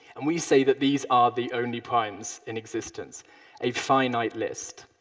and we say that these are the only primes in existence a finite list.